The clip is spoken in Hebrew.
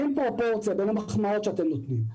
אין פרופורציה בין המחמאות שאתם נותנים,